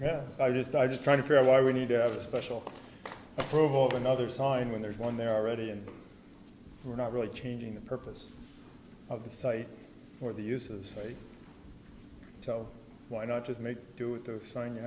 yeah i just i just trying to figure out why we need to have a special program of another sign when there's one there already and we're not really changing the purpose of the site or the uses so why not just make do with the sign